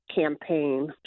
campaign